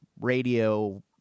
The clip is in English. radio